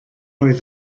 oedd